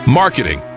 marketing